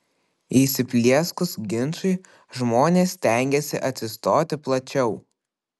įsiplieskus ginčui žmonės stengiasi atsistoti plačiau